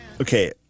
Okay